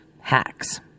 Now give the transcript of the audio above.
hacks